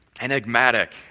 enigmatic